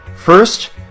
First